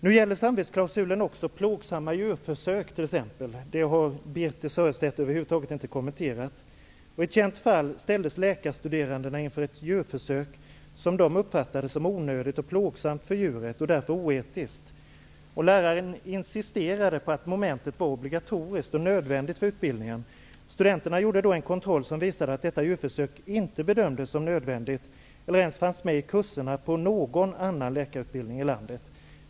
Nu gäller samvetsklausulen också t.ex. plågsamma djurförsök. Det har Birthe Sörestedt över huvud taget inte kommenterat. I ett känt fall ställdes läkarstuderandena inför ett djurförsök som de uppfattade som onödigt och plågsamt för djuret och därför oetiskt. Läraren insisterade på att momentet var obligatoriskt och nödvändigt för utbildningen. Studenterna gjorde då en kontroll som visade att detta djurförsök inte bedömdes som nödvändigt eller ens fanns med i kursen på någon annan läkarutbildning i landet.